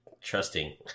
trusting